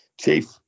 Chief